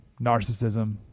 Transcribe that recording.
narcissism